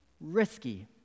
risky